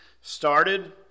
started